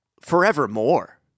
forevermore